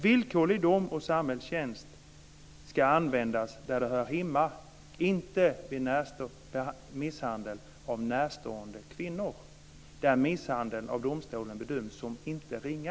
Villkorlig dom och samhällstjänst ska användas där det hör hemma, inte vid misshandel av närstående kvinnor där misshandeln av domstolen bedöms som inte ringa.